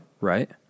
right